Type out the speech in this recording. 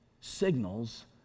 signals